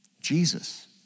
Jesus